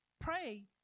pray